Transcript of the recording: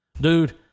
Dude